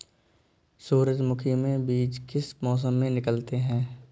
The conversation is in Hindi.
सूरजमुखी में बीज किस मौसम में निकलते हैं?